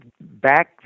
back